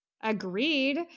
Agreed